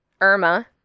Irma